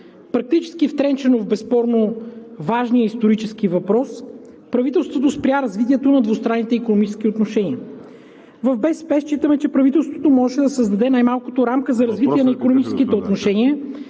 Практически втренчено в безспорно важния исторически въпрос, правителството спря развитието на двустранните икономически отношения. В БСП считаме, че правителството можеше да създаде най-малкото рамка за развитие на икономическите отношения…